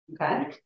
okay